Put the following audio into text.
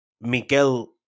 Miguel